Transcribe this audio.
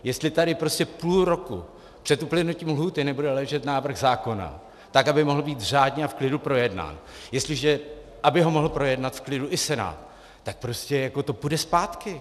Jestli tady prostě půl roku před uplynutím lhůty nebude ležet návrh zákona, tak aby mohl být řádně a v klidu projednán, aby ho mohl projednat v klidu i Senát, tak prostě jako to půjde zpátky.